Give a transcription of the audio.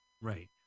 Right